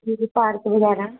ਜਿਵੇਂ ਪਾਰਕ ਵਗੈਰਾ